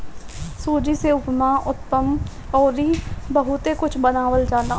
सूजी से उपमा, उत्तपम अउरी बहुते कुछ बनावल जाला